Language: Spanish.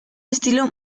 estilo